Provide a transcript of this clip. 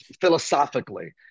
philosophically